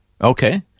Okay